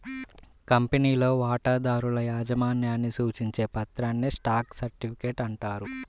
కంపెనీలో వాటాదారుల యాజమాన్యాన్ని సూచించే పత్రాన్నే స్టాక్ సర్టిఫికేట్ అంటారు